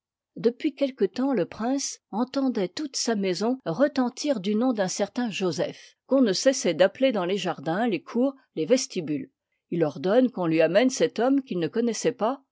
depuis quelque temps le prince entendoit toute sa maison retentir du nom d'un certain joseph qu'on ne cessoit d'appeler dans les jardins les cours les vestibules il ordonne qu'on lui amène cet homme qu'il ne connoissoit pas